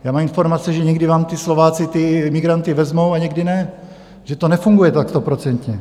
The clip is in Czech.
Mám informace, že někdy vám ti Slováci ty migranty vezmou a někdy ne, že to nefunguje tak stoprocentně.